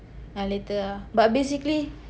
uh later ah but basically